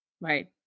Right